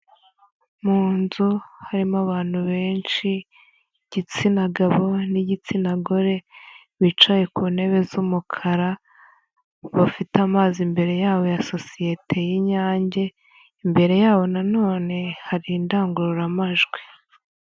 Mu nzu harimo abantu benshi, igitsina gabo n'igitsina gore bicaye ku ntebe z'umukara, bafite amazi imbere yabo ya sosiyete y'Inyange, imbere yabo na none hari indangururamajwi.